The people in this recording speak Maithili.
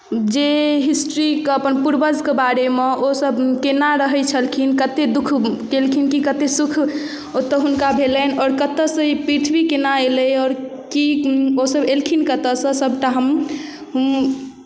जे हिस्ट्रीके अपन पूर्वजके बारेमे ओसभ केना रहै छलखिन कतेक दुःख केलखिन कि कतेक सुख ओतय हुनका भेलनि आओर कतयसँ ई पृथ्वी केना एलै आओर की ओसभ एलखिन कतयसँ सभटा हम